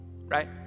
right